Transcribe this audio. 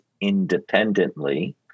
independently